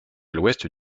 l’ouest